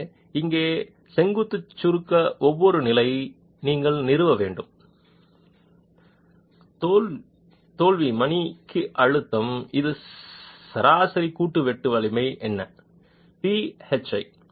எனவே இங்கே செங்குத்து சுருக்க ஒவ்வொரு நிலை நீங்கள் நிறுவ வேண்டும் தோல்வி மணிக்கு அழுத்தம் இது சராசரி கூட்டு வெட்டு வலிமை என்ன p hi